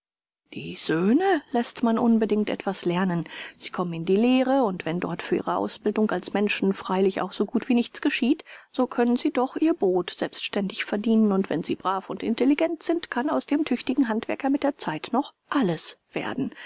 die söhne läßt man unbedingt etwas lernen sie kommen in die lehre und wenn dort für ihre ausbildung als menschen freilich auch so gut wie nichts geschieht so können sie doch ihr brod selbstständig verdienen und wenn sie brav und intelligent sind kann aus dem tüchtigen handwerker mit der zeit noch alles werden